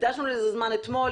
הקדשנו לזה זמן אתמול,